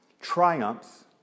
triumphs